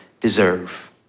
deserve